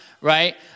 right